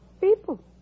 People